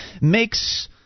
makes